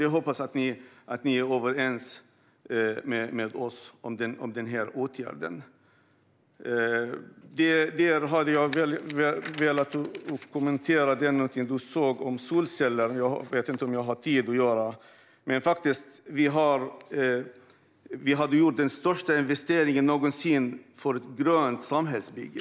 Jag hoppas att ni är överens med oss om denna åtgärd. Jag hade velat kommentera något du sa om solceller, men jag vet inte om jag har tid. Vi har faktiskt gjort den största investeringen någonsin för ett grönt samhällsbygge.